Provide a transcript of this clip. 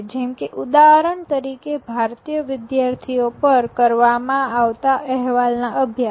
જેમકે ઉદાહરણ તરીકે ભારતીય વિદ્યાર્થીઓ પર કરવામાં આવતા અહેવાલ ના અભ્યાસ